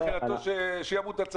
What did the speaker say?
מבחינתו שהצו ימות.